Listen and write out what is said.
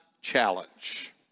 challenge